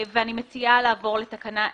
אני מציעה לעבור לתקנה 10,